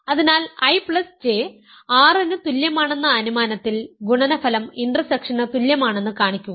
അതിനാൽ IJ R ന് തുല്യമാണെന്ന അനുമാനത്തിൽ ഗുണനഫലം ഇന്റർസെക്ഷന് തുല്യമാണെന്ന് കാണിക്കുക